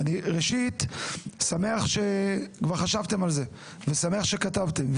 אני שמח שכבר חשבתם על זה ושמח שכתבתם את זה,